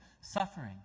suffering